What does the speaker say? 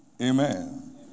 Amen